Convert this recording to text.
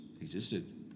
existed